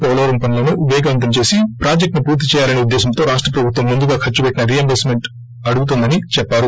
పోలవరం పనులను వేగవంతం చేసి ప్రాజెక్టులను పూర్తి చేయాలనే ఉద్దేశంతో రాష్ట ప్రభుత్వం ముందుగా ఖర్చుపెట్టిన రీయంబర్స్ మెంట్ అడుగుతోందని చెప్పారు